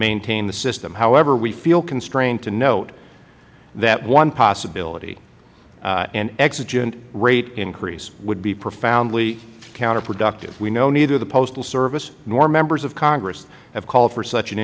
maintain the system however we feel constrained to note that one possibility an exigent rate increase would be profoundly counterproductive we know neither the postal service nor members of congress have called for such an